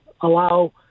allow